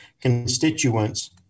constituents